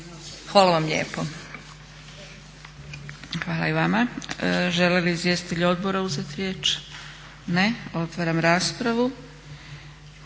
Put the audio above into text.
Dragica (SDP)** Hvala i vama. Žele li izvjestitelji odbora uzeti riječ? Ne. Otvaram raspravu.